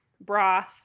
broth